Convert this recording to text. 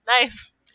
Nice